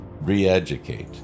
re-educate